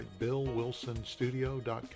BillWilsonStudio.com